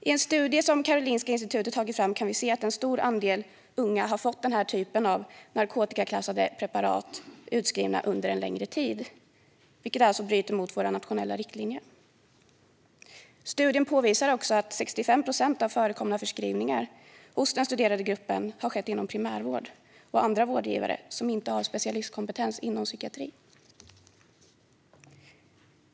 I en studie som Karolinska institutet tagit fram kan vi se att en stor andel unga har fått den här typen av narkotikaklassade preparat utskrivna under en längre tid, vilket alltså bryter mot våra nationella riktlinjer. Studien påvisar också att 65 procent av förekomna förskrivningar hos den studerade gruppen har skett inom primärvård och av andra vårdgivare som inte har specialistkompetens inom psykiatri.